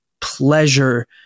pleasure